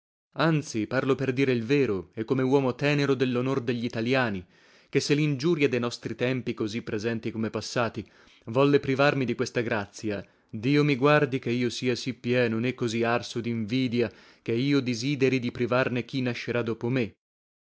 anzi parlo per dire il vero e come uomo tenero dellonor deglitaliani ché se lingiuria de nostri tempi così presenti come passati volle privarmi di questa grazia dio mi guardi che io sia sì pieno né così arso dinvidia che io disideri di privarne chi nascerà dopo me